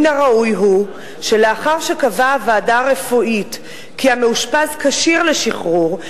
מן הראוי הוא שלאחר שקבעה הוועדה הרפואית כי המאושפז כשיר לשחרור,